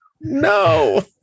No